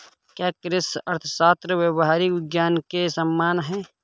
क्या कृषि अर्थशास्त्र व्यावहारिक विज्ञान के समान है?